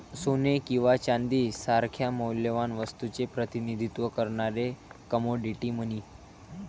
सोने किंवा चांदी सारख्या मौल्यवान वस्तूचे प्रतिनिधित्व करणारे कमोडिटी मनी